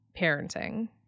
parenting